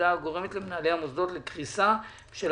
עובדה הגורמת למנהלי המוסדות לקריסה בשל